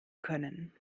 können